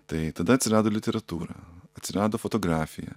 tai tada atsirado literatūra atsirado fotografija